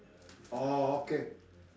orh okay